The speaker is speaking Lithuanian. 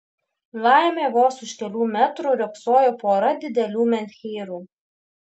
laimė vos už kelių metrų riogsojo pora didelių menhyrų